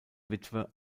witwe